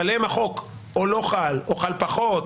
עליהם החוק לא חל או חל פחות,